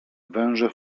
węże